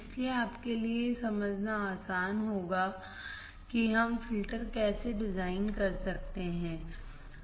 इसलिए आपके लिए यह समझना आसान होगा कि हम फ़िल्टर कैसे डिज़ाइन कर सकते हैं